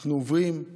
אנחנו עוברים על